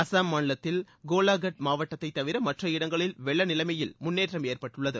அசாம் மாநிலத்தில் கோலாகாட் மாவட்டத்தைத் தவிர மற்ற இடங்களில் வெள்ள நிலைமையில் முன்னேற்றம் ஏற்பட்டுள்ளது